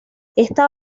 esta